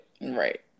Right